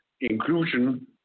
inclusion